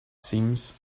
seams